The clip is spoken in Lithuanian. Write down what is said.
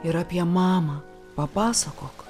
ir apie mamą papasakok